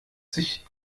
sich